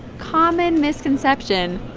common misconception.